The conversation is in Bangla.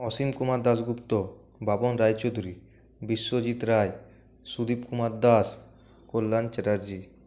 অসীম কুমার দাশগুপ্ত বাপন রায়চৌধুরি বিশ্বজিৎ রায় সুদীপ কুমার দাস কল্যাণ চ্যাটার্জি